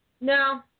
No